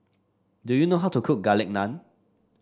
do you know how to cook Garlic Naan